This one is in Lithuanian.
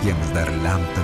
jiems dar lemta